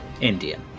Indian